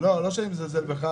לא שאני מזלזל בך,